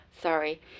Sorry